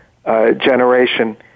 Generation